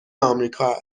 آمریکا